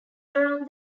around